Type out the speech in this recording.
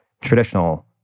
traditional